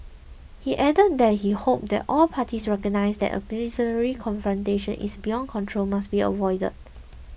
he added that he hoped all parties recognise that a military confrontation is beyond control must be avoided